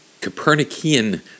Copernican